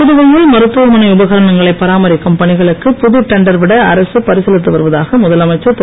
புதுவையில் மருத்துவமனை உபகரணங்களை பராமரிக்கும் பணிகளுக்கு புது டெண்டர் விட அரசு பரிசீலித்து வருவதாக முதலமைச்சர் திரு